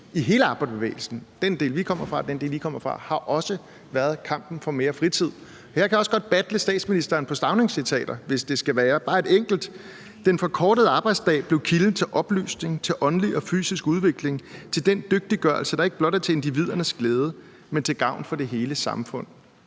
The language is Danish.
i hele arbejderbevægelsen – både i den del, vi kommer fra, og den del, I kommer fra – har også været kampen for mere fritid. Og jeg kan også godt battle statsministeren på Stauningcitater, hvis det skal være, og her er der bare et enkelt citat: Den forkortede arbejdsdag blev kilden til oplysning, til åndelig og fysisk udvikling, til den dygtiggørelse, der ikke blot er til individernes glæde, men til gavn for det hele samfund.